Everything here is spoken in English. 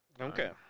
Okay